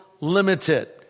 limited